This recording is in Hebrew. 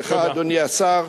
אדוני השר,